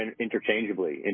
interchangeably